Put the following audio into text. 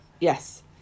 yes